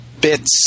bits